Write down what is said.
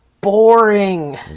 boring